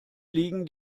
liegen